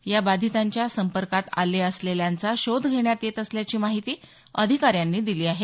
या बाधीतांच्या संपर्कात आले असलेल्यांचा शोध घेण्यात येत असल्याची माहिती अधिकाऱ्यांनी दिली आहे